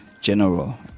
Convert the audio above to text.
general